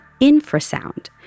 infrasound